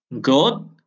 Good